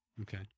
Okay